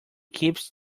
keeps